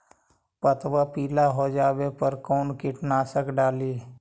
पतबा पिला हो जाबे पर कौन कीटनाशक डाली?